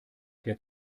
der